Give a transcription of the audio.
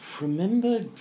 remember